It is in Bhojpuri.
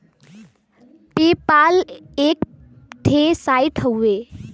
पे पाल एक ठे साइट हउवे